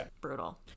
brutal